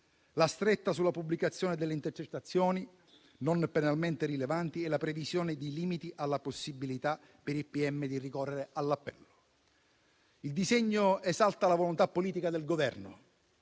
la stretta sulla pubblicazione delle intercettazioni non penalmente rilevanti e la previsione di limiti alla possibilità per il pubblico ministero di ricorrere in appello. Il disegno esalta la volontà politica del Governo